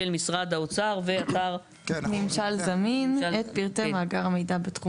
משרד האוצר ואתר --- "ממשל זמין את פרטי מאגר המידע בתחום